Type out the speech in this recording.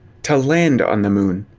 to land on the moon.